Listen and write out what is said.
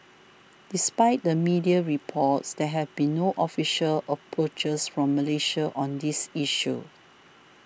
despite the media reports there have been no official approaches from Malaysia on this issue